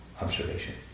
observation